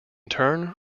turn